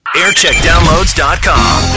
aircheckdownloads.com